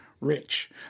Rich